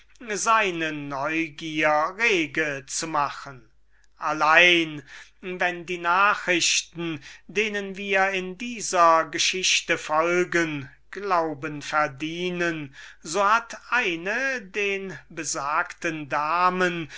seine neugier rege zu machen allein wenn die nachrichten denen wir in dieser geschichte folgen glauben verdienen so hat eine den mehr bemeldten damen